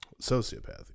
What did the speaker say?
sociopathy